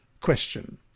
Question